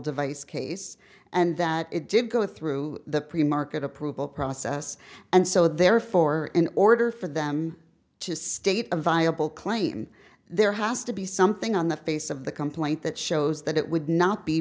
device case and that it did go through the premarket approval process and so therefore in order for them to state a viable claim there has to be something on the face of the complaint that shows that it would not be